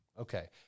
Okay